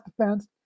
defense